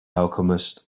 alchemist